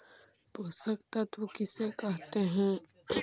पोषक तत्त्व किसे कहते हैं?